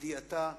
לגדיעתה ולחיסולה.